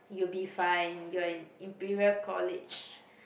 you'll be fine you're in Imperial-College